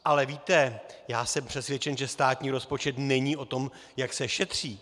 Ale víte, já jsem přesvědčen, že státní rozpočet není o tom, jak se šetří.